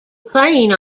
plane